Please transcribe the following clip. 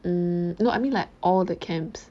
um no I mean like all the camps